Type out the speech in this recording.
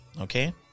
okay